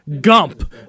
Gump